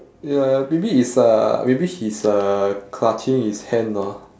ya maybe it's uh maybe he's uh clutching his hand hor